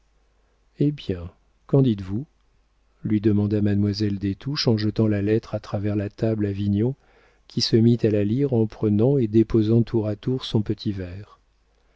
eh bien qu'en dites-vous lui demanda mademoiselle des touches en jetant la lettre à travers la table à vignon qui se mit à lire en prenant et déposant tour à tour son petit verre